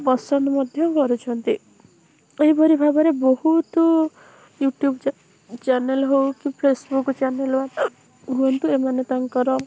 ପସନ୍ଦ ମଧ୍ୟ କରୁଛନ୍ତି ଏହିପରି ଭାବରେ ବହୁତ ୟୁଟ୍ୟୁବ୍ ଚ୍ୟାନେଲ୍ ହେଉ କି ଫେସବୁକ୍ ଚ୍ୟାନେଲ୍ ହୁଅନ୍ତୁ ଏମାନେ ତାଙ୍କର